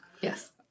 Yes